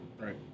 Right